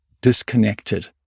disconnected